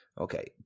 Okay